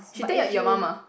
she tell your your mom ah